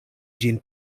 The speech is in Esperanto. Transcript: ĝin